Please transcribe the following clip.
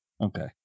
Okay